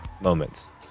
moments